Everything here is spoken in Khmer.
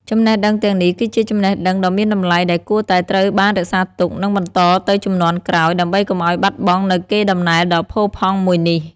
ចំណេះដឹងទាំងនេះគឺជាចំណេះដឹងដ៏មានតម្លៃដែលគួរតែត្រូវបានរក្សាទុក និងបន្តទៅជំនាន់ក្រោយ ដើម្បីកុំឲ្យបាត់បង់នូវកេរដំណែលដ៏ផូរផង់មួយនេះ។